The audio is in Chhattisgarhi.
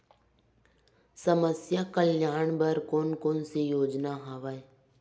समस्या कल्याण बर कोन कोन से योजना हवय?